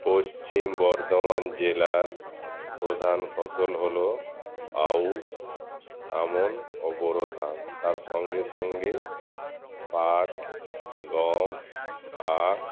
পশ্চিম বর্ধমান জেলার প্রধান ফসল হল আউস আমন ও বোরো ধান তার সঙ্গে সঙ্গে পাট গম আর